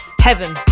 Heaven